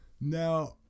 now